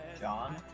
John